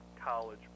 college